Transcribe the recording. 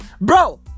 Bro